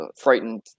frightened